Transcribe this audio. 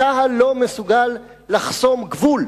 צה"ל לא מסוגל לחסום גבול.